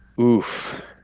oof